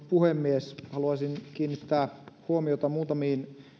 puhemies haluaisin kiinnittää huomiota muutamiin